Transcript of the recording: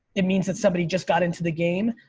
it means that somebody just got into the game,